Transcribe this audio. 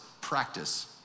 practice